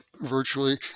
virtually